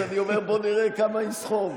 אז אני אומר: בואו נראה כמה הוא יסחב.